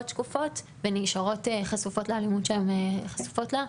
שקופות ונשארות חשופות לאלימות שהן חשופות לה.